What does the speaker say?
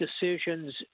decisions